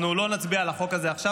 אנחנו לא נצביע על החוק הזה עכשיו,